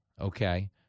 okay